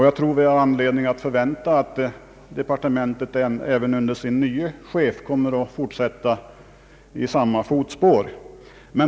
Jag tror vi har anledning förvänta att departementet även under sin nye chef i det hänseendet kommer att fortsätta i samma fotspår.